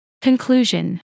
Conclusion